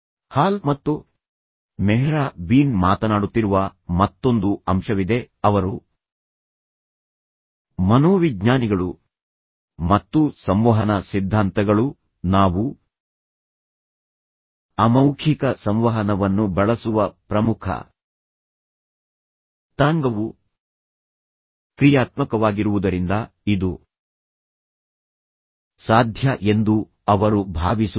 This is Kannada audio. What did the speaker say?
ಹಾಲ್ ಮತ್ತು ಮೆಹ್ರಾ ಬೀನ್ ಮಾತನಾಡುತ್ತಿರುವ ಮತ್ತೊಂದು ಅಂಶವಿದೆ ಅವರು ಮನೋವಿಜ್ಞಾನಿಗಳು ಮತ್ತು ಸಂವಹನ ಸಿದ್ಧಾಂತಗಳು ನಾವು ಅಮೌಖಿಕ ಸಂವಹನವನ್ನು ಬಳಸುವ ಪ್ರಮುಖ ತರಂಗವು ಕ್ರಿಯಾತ್ಮಕವಾಗಿರುವುದರಿಂದ ಇದು ಸಾಧ್ಯ ಎಂದು ಅವರು ಭಾವಿಸುತ್ತಾರೆ